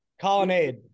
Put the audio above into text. Colonnade